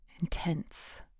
intense